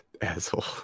Asshole